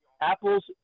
Apples